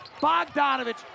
Bogdanovich